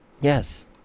Yes